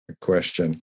question